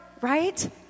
right